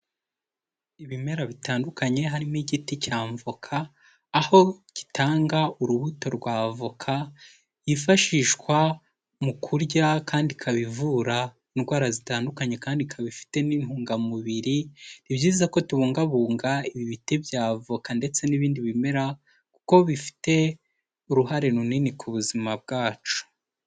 Ibimera bitandukanye harimo igiti cy' avoka, aho gitanga urubuto rw' avoka yifashishwa mu kurya kandi ikaba ivura indwara zitandukanye kandi ikaba ifite n'intungamubiri, ni byiza ko tubungabunga ibi biti by' avoka ndetse n'ibindi bimera, kuko bifite uruhare runini ku buzima bwacu.